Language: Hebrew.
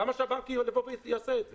למה שהבנק יעשה את זה?